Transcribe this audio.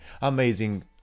amazing